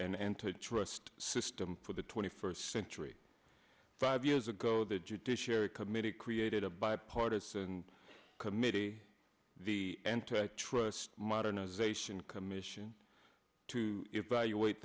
antitrust system for the twenty first century five years ago the judiciary committee created a bipartisan committee the antitrust modernization commission to evaluate